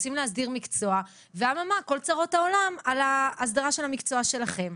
רוצים להסדיר מקצוע ואמה מה כל צרות העולם על ההסדרה של המקצוע שלכם.